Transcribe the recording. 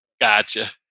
Gotcha